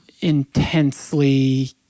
intensely